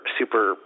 super